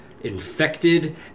infected